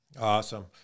awesome